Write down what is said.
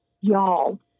y'all